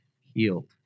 healed